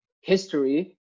history